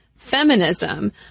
Feminism